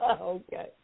Okay